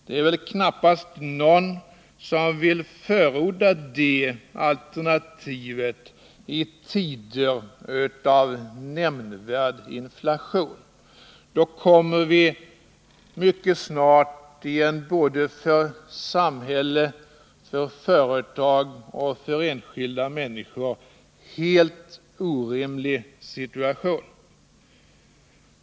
Men knappast någon torde vilja förorda det alternativet i tider med nämnvärd inflation. Då kommer vi mycket snart i en för samhälle, för företag och för enskilda människor helt orimlig situation.